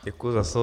Děkuji za slovo.